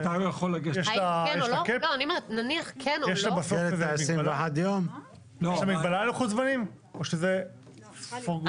יש בסוף איזה מגבלה על לוחות הזמנים או שזה for good?